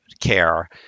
care